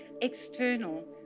external